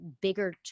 bigger